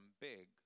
big